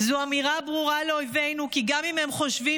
זאת אמירה ברורה לאויבינו כי גם אם הם חושבים,